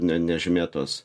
ne nežymėtos